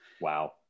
Wow